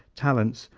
talents,